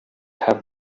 have